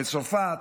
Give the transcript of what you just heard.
בצרפת,